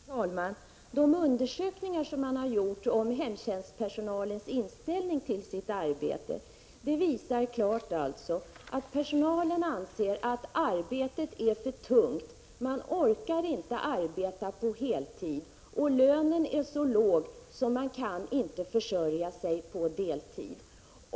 Fru talman! De undersökningar som man har gjort om hemtjänstpersonalens inställning till sitt arbete visar klart att personalen anser att arbetet är för tungt. De som arbetar inom hemtjänsten orkar inte arbeta heltid, men lönen är så låg att de inte kan försörja sig på deltid.